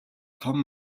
том